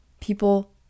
people